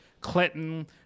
Clinton